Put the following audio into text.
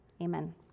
Amen